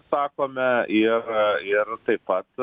sakome ir ir taip pat